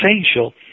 essential